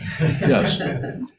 yes